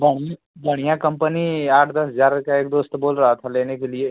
बढ़ियां बढ़ियां कम्पनी आठ दस हजार का एक दोस्त बोल रहा था लेने के लिए